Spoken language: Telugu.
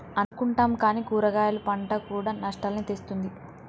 అనుకుంటున్నాం కానీ కూరగాయలు పంట కూడా నష్టాల్ని తెస్తుంది